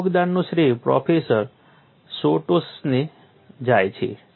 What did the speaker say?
આ યોગદાનનો શ્રેય પ્રોફેસર સોટોસને જાય છે